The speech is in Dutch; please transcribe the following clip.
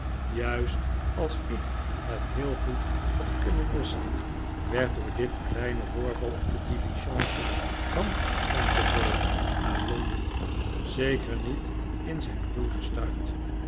juist als ik het heel goed had kunnen missen werd door dit kleine voorval op de diligence van canterbury naar londen zeker niet in zijn groei gestuit